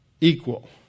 equal